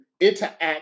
interact